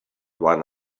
one